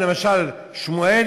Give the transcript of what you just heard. למשל: שמואל,